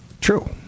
True